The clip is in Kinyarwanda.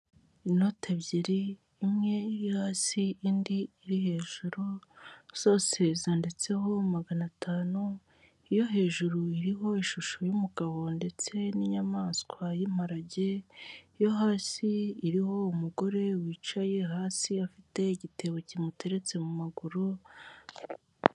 Inoti ebyiri imwe iri hasi indi iri hejuru zose zanditseho magana atanu, iyo hejuru iriho ishusho y'umugabo ndetse n'inyamaswa y'imparage, iyo hasi iriho umugore wicaye hasi afite igitebo kimuteretse mu maguru.